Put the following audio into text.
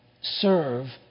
serve